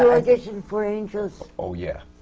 audition for angels? oh, yeah!